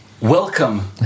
Welcome